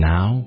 Now